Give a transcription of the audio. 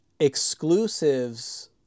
exclusives